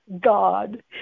God